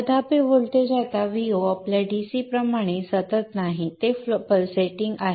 तथापि व्होल्टेज आता Vo आपल्या DC प्रमाणे सतत नाही ते पलसेटिंग आहे